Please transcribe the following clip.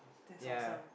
that's awesome